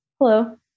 hello